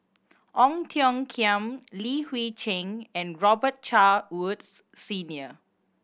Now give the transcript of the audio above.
Ong Tiong Khiam Li Hui Cheng and Robet Carr Woods Senior